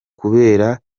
kubera